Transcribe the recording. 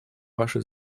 ваше